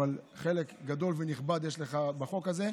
אבל חלק גדול ונכבד יש לך בחוק הזה.